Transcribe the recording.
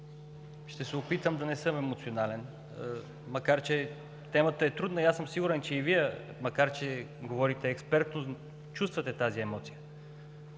Ще се опитам да не съм емоционален, макар че темата е трудна. Сигурен съм, че и Вие, макар че говорите експертно, чувствате тази емоция,